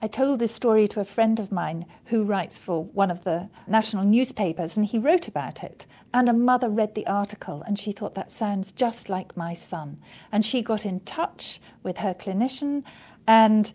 i told this story to a friend of mine who writes for one of the national newspapers and he wrote about it and a mother read the article and she thought that sounds just like my son and she got in touch with her clinician and